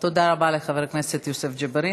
תודה רבה לחבר הכנסת יוסף ג'בארין.